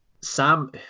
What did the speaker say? Sam